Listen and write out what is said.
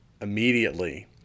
immediately